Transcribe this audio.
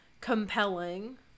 compelling